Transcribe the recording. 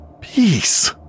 Peace